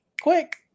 quick